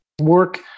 work